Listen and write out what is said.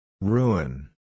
Ruin